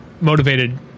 motivated